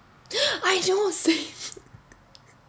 I don't see